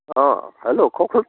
অ hello কওকচোন